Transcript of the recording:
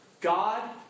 God